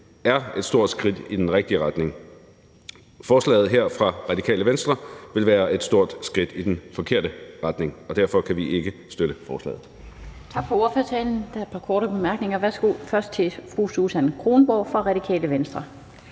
er et stort skridt i den rigtige retning. Forslaget her fra Radikale Venstre vil være et stort skridt i den forkerte retning, og derfor kan vi ikke støtte forslaget.